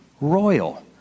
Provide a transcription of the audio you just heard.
royal